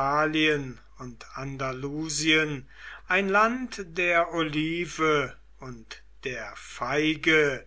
und andalusien ein land der olive und der feige